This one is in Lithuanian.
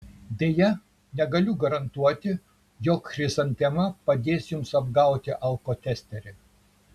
deja negaliu garantuoti jog chrizantema padės jums apgauti alkotesterį